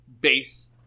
base